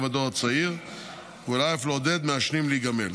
הדור הצעיר ואולי אף לעודד מעשנים להיגמל,